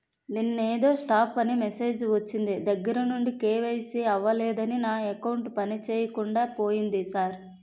నిన్నేదో స్టాప్ అని మెసేజ్ ఒచ్చిన దగ్గరనుండి కే.వై.సి అవలేదని నా అకౌంట్ పనిచేయకుండా పోయింది సార్